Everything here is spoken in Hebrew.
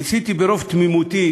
ניסיתי ברוב תמימותי